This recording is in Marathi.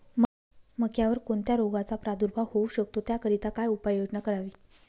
मक्यावर कोणत्या रोगाचा प्रादुर्भाव होऊ शकतो? त्याकरिता काय उपाययोजना करावी?